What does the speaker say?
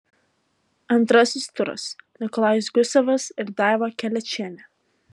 antrasis turas nikolajus gusevas ir daiva kelečienė